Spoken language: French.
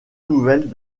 nouvelles